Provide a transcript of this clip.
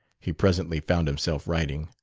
he presently found himself writing,